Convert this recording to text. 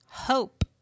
Hope